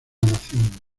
nación